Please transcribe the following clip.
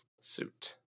suit